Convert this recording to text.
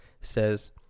says